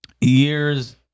years